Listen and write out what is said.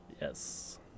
yes